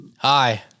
Hi